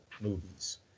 movies